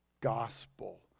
gospel